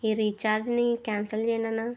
ఈ రీఛార్జ్ని క్యాన్సల్ చేయండి అన్నా